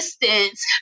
distance